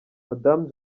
madame